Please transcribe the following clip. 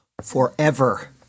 forever